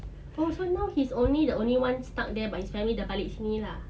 oh so now he's only the only one stuck there but his family dah balik sini lah